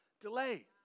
delay